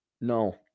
no